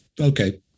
okay